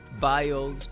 bios